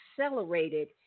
accelerated